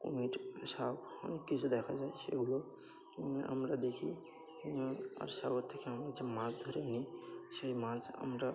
কুমির সাপ অনেক কিছু দেখা যায় সেগুলো আমরা দেখি আর সাগর থেকে আমরা যে মাছ ধরে নিই সেই মাছ আমরা